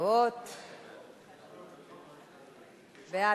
ההצעה להעביר את הצעת חוק הביטוח הלאומי (תיקון מס'